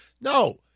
No